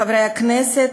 חברי הכנסת,